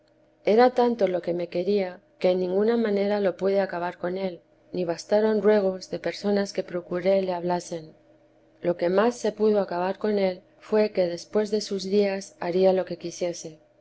era tanto lo que me quería que en ninguna manera lo pude acabar con él ni bastaron ruegos de personas que procuré le hablasen lo que más se pudo acabar con él fué que después de sus días haría lo que quisiese